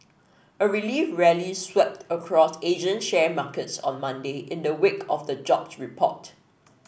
a relief rally swept across Asian share markets on Monday in the wake of the jobs report